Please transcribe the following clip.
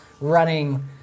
running